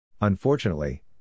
Unfortunately